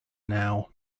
now